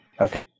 Okay